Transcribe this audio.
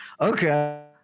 okay